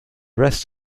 rest